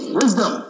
wisdom